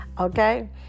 okay